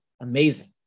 amazing